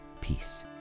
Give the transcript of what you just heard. Peace